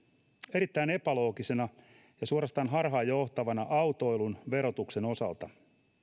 erittäin epäloogisena ja suorastaan harhaanjohtavana autoilun verotuksen osalta